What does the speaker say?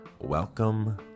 Welcome